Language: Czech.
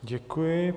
Děkuji.